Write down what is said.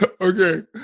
okay